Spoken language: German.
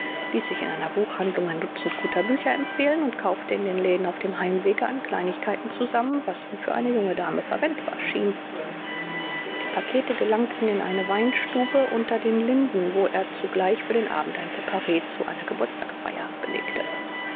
ließ sich in einer buchhandlung ein dutzend guter bücher empfehlen und kaufte in den läden auf dem heimwege an kleinigkeiten zusammen was ihm für eine junge dame verwendbar schien die pakete gelangten in eine weinstube unter den linden wo er zugleich für den abend ein spare zu einer geburtstagsfeier belegte